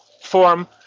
form